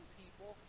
people